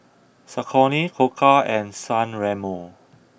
Saucony Koka and San Remo